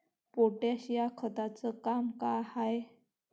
Potash या खताचं काम का हाय?